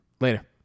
Later